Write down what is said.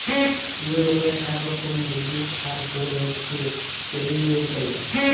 ইউরপে এক রকমের উদ্ভিদ আর ফুল হচ্যে পেরিউইঙ্কেল